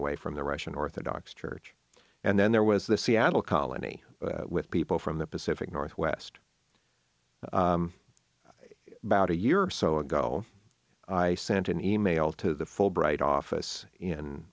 away from the russian orthodox church and then there was the seattle colony with people from the pacific northwest about a year or so ago i sent an email to the fulbright office in